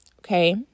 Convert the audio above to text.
okay